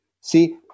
See